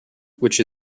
which